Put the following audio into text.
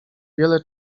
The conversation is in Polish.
wiele